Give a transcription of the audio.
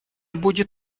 будет